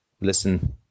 listen